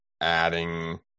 adding